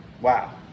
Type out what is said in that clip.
Wow